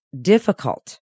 difficult